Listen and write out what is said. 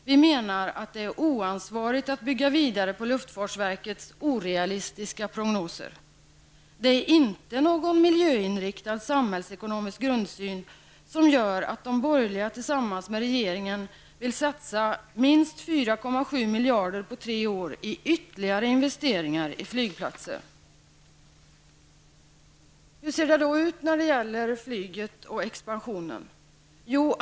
Vi menar att det är oansvarigt att bygga vidare på luftfartsverkets orealistiska prognoser. Det är ingen miljöinriktad samhällsekonomisk grundsyn som gör att de borgerliga partierna tillsammans med regeringen vill satsa minst 4,7 miljarder på tre år i ytterligare investeringar i flygplatser. Hur ser det ut när det gäller flyget och expansionen?